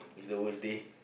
is the worse day